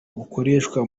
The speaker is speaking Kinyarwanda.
bukoreshwa